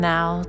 Now